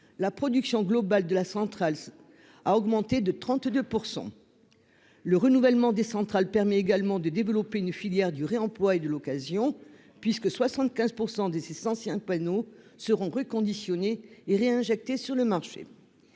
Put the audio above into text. la production globale de la centrale a augmenté de 32 %. Le renouvellement des centrales permet également de développer une filière du réemploi et de l'occasion, puisque 75 % de ces anciens panneaux seront reconditionnés et réintroduits sur le marché.